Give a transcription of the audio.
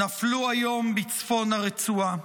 נפלו היום בצפון הרצועה.